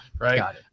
Right